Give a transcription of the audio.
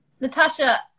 natasha